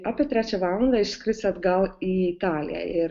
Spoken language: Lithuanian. apie trečią valandą išskris atgal į italiją ir